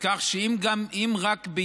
כך שאם רק בישראל,